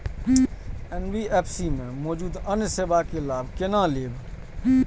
NBFC में मौजूद अन्य सेवा के लाभ केना लैब?